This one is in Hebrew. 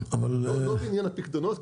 לא בעניין הפקדונות,